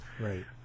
Right